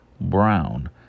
Brown